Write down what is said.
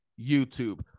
YouTube